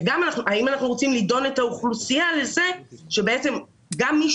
האם אנחנו רוצים לדון את האוכלוסייה לכך שבעצם גם מי